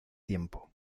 tiempo